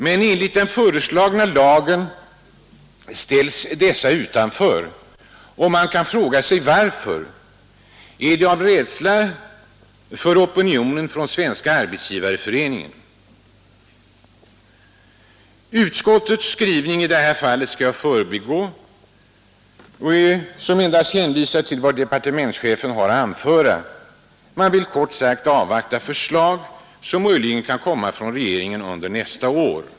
Men enligt den föreslagna lagen ställs dessa utanför. Man kan fråga sig varför? Är det av rädsla för opinionen inom Svenska arbetsgivareföre Utskottets skrivning i det här fallet skall jag förbigå, eftersom utskottet endast hänvisar till vad departementschefen har att anföra. Man vill kort sagt avvakta förslag, som möjligen kan komma från regeringen under nästa år.